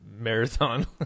marathon